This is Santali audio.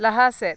ᱞᱟᱦᱟ ᱥᱮᱫ